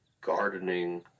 gardening